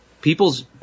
people's